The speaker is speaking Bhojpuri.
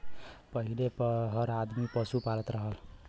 पहिले हर आदमी पसु पालत रहल